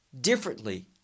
differently